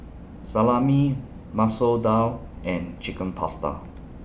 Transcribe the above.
Salami Masoor Dal and Chicken Pasta